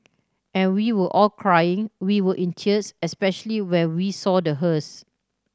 and we were all crying we were in tears especially when we saw the hearse